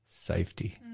safety